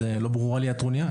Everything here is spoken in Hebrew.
לא ברורה לי הטרוניה.